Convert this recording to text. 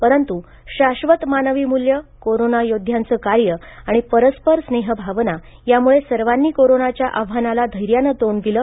परंतु शाश्वत मानवी मूल्य कोरोना योद्ध्यांचं कार्य आणि परस्पर स्नेहभावना यामूळे सर्वांनी कोरोनाच्या आव्हानाला धैर्याने तोंड दिले